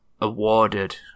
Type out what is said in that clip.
awarded